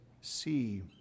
see